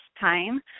time